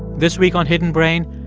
this week on hidden brain,